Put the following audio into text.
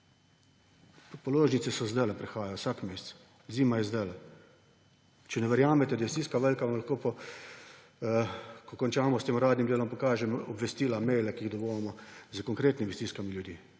Položnice so zdajle, prihajajo vsak mesec. Zima je zdajle. Če ne verjamete, da je stiska velika, vam lahko, ko končamo s tem uradnim delom, pokažem obvestila, maile, ki jih dobivamo, s konkretnimi stiskami ljudi.